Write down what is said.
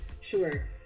Sure